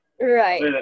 Right